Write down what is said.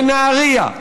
בנהריה,